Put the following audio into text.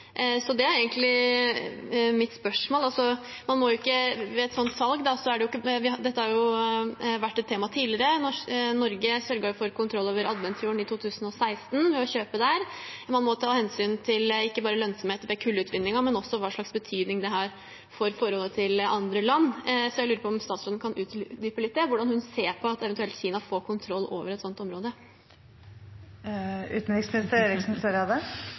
så det er egentlig mitt spørsmål. Dette har jo vært et tema tidligere; Norge sørget for kontroll over Adventfjorden i 2016 ved å kjøpe der. Og man må ta hensyn til ikke bare lønnsomheten med kullutvinningen, men også hvilken betydning dette får for forholdet til andre land, så jeg lurer på om statsråden kan utdype det litt, om hvordan hun ser på at Kina eventuelt får kontroll over et slikt område?